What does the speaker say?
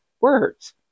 words